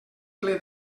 ple